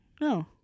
no